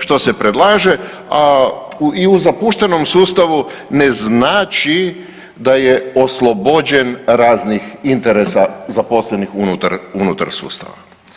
što se predlaže, a i u zapuštenom sustavu ne znači da je oslobođen raznih interesa zaposlenih unutar sustava.